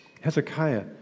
Hezekiah